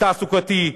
תעסוקתי.